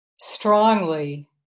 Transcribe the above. strongly